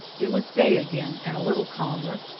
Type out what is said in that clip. it was day again, and a little calmer.